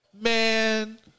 Man